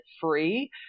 free